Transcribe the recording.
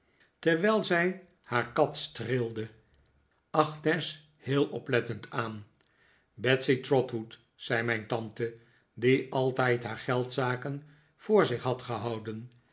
terwijl zij haar kat streelde agnes heel oplettend aan betsey trotwood zei mijn tante die altijd haar geldzaken voor zich had gehouden